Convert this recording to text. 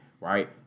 right